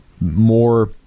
more